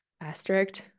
Asterisk